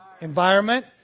Environment